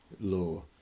Law